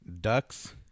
ducks